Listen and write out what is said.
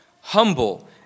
Humble